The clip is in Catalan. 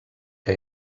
que